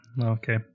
okay